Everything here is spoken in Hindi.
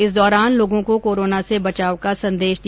इस दौरान लोगों को कोरोना से बचाव का संदेश दिया